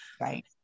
Right